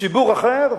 ציבור אחר,